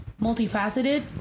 multifaceted